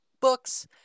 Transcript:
books